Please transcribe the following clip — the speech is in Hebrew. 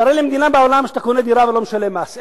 תראה לי מדינה בעולם שאתה קונה שם דירה ולא משלם מס.